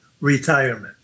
retirement